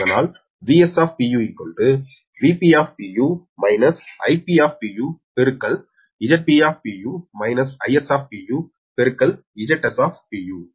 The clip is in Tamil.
அதனால் Vs Vp Ip Zp - Is Zs